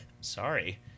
sorry